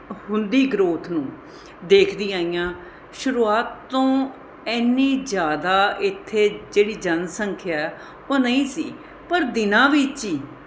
ਹੁੰਦੀ ਗਰੋਥ ਨੂੰ ਦੇਖਦੀ ਆਈ ਹਾਂ ਸ਼ੁਰੂਆਤ ਤੋਂ ਇੰਨੀ ਜ਼ਿਆਦਾ ਇੱਥੇ ਜਿਹੜੀ ਜਨਸੰਖਿਆ ਉਹ ਨਹੀਂ ਸੀ ਪਰ ਦਿਨਾਂ ਵਿੱਚ ਹੀ